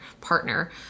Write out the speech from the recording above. partner